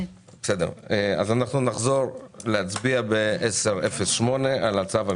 נחזור להצביע ב-10:08 על הצו הראשון.